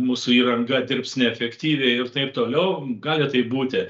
mūsų įranga dirbs neefektyviai ir taip toliau gali taip būti